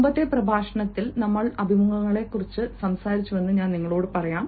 മുമ്പത്തെ പ്രഭാഷണത്തിൽ നമ്മൾ അഭിമുഖങ്ങളെക്കുറിച്ച് സംസാരിച്ചുവെന്ന് ഞാൻ നിങ്ങളോട് പറയാം